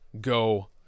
go